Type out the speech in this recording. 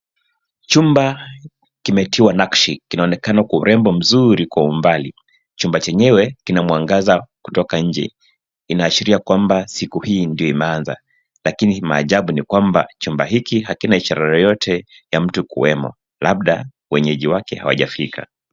Chumba kimetiwa nakshi. Kinaonekana kwa urembo mzuri kwa umbali. Chumba chenyewe kina mwangaza kutoka nje. Inaashiria kuwa siku hii ndio imeanza. Lakini maajabu ni kwamba chumba akina ishara yoyote ya mtu kuwemo. Labda wenyeji wake hawajafika.